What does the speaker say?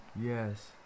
Yes